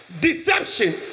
deception